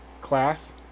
class